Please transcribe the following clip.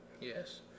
Yes